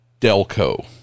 Delco